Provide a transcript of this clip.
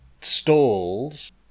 stalls